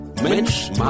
Mensch